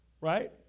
Right